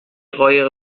قایق